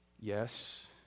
Yes